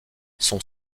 son